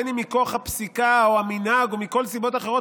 בין אם מכוח הפסיקה או המנהג או מסיבות אחרות,